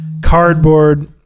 cardboard